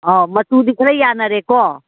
ꯑꯧ ꯃꯆꯨꯗꯤ ꯈꯔ ꯌꯥꯟꯅꯔꯦꯀꯣ